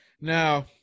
now